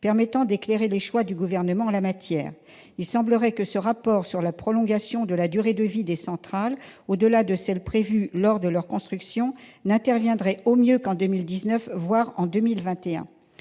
permettant d'éclairer les choix du Gouvernement en la matière. Il semblerait que la remise de ce rapport sur la prolongation de la durée de vie des centrales, au-delà de celle qui a été prévue lors de leur construction, n'interviendrait au mieux qu'en 2019, voire en 2021.